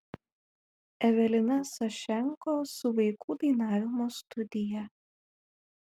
evelina sašenko su vaikų dainavimo studija